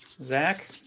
Zach